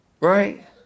Right